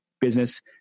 business